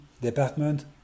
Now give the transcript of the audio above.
department